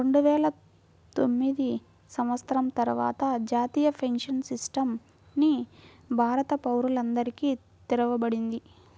రెండువేల తొమ్మిది సంవత్సరం తర్వాత జాతీయ పెన్షన్ సిస్టమ్ ని భారత పౌరులందరికీ తెరవబడింది